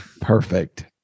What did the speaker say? Perfect